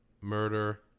murder